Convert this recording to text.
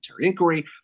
inquiry